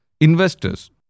Investors